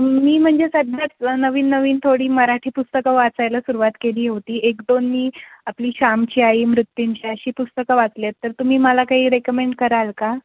मी म्हणजे सध्याच नवीन नवीन थोडी मराठी पुस्तकं वाचायला सुरुवात केली होती एक दोन मी आपली श्यामची आई मृत्यंजय अशी पुस्तकं वाचली आहेत तर तुम्ही मला काही रेकमेंड कराल का